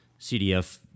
CDF